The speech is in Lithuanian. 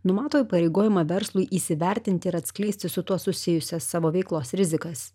numato įpareigojimą verslui įsivertinti ir atskleisti su tuo susijusias savo veiklos rizikas